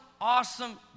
awesome